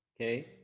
Okay